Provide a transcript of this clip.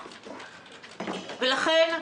לכן,